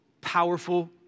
powerful